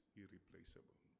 irreplaceable